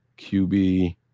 QB